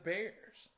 Bears